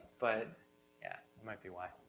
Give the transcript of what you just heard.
but yeah, it might be why.